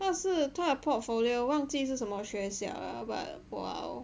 那是他的 portfolio 忘记是什么学校 lah but !wow!